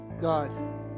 God